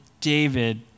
David